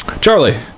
charlie